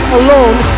alone